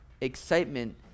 excitement